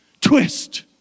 twist